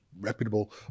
reputable